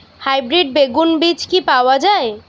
Hybrid বেগুন বীজ কি পাওয়া য়ায়?